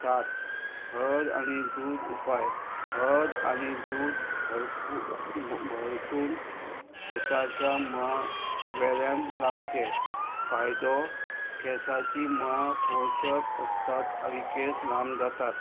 सात हळद आनी दूद उपाय हळद आनी दूद भरपू भरसून केंसाच्या मां वेळान लावचे फायदो केंसाची मां पोशक आसतात आनी केस लाम जातात